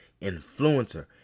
influencer